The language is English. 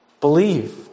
Believe